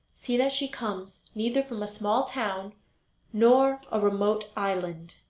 see that she comes neither from a small town nor a remote island